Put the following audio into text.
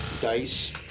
dice